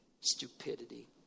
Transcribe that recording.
stupidity